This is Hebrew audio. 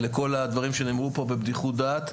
ולכל הדברים שנאמרו פה בבדיחות דעת,